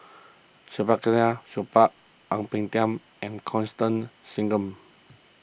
Saktiandi Supaat Ang Peng Tiam and Constance Singam